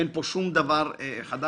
אין פה שום דבר חדש